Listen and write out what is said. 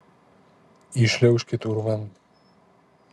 įšliaužkit urvan